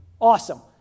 awesome